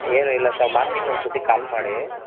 ಏನು ಇಲ್ಲಕ್ಕ ಮಾರ್ನಿಂಗ್ ಒಂದು ಸರ್ತಿ ಕಾಲ್ ಮಾಡಿ